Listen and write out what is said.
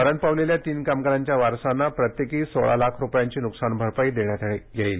मरण पावलेल्या तीन कामगारांच्या वारसांना प्रत्येकी सोळा लाख रुपयांची नुकसानभरपाई देण्यात येणार आहे